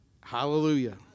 Hallelujah